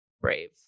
brave